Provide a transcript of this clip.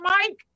Mike